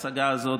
יא צבוע?